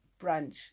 brunch